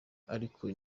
ariko